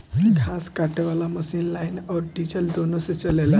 घास काटे वाला मशीन लाइन अउर डीजल दुनों से चलेला